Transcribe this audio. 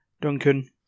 Duncan